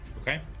Okay